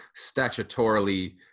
statutorily